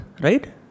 right